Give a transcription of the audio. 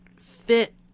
fit